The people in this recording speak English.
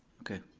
okay.